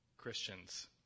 christians